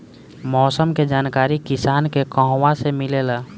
मौसम के जानकारी किसान के कहवा से मिलेला?